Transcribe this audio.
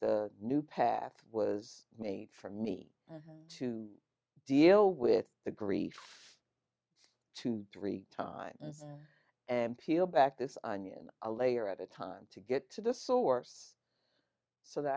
the new path was made for me to deal with the grief two three times and peel back this onion a layer at a time to get to the source so that